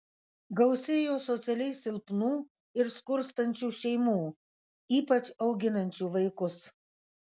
gausėjo socialiai silpnų ir skurstančių šeimų ypač auginančių vaikus